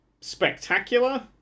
spectacular